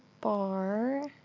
bar